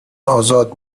آزاد